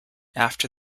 after